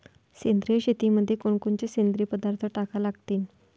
सेंद्रिय शेतीमंदी कोनकोनचे सेंद्रिय पदार्थ टाका लागतीन?